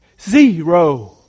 Zero